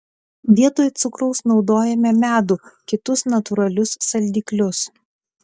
vietoj cukraus naudojame medų kitus natūralius saldiklius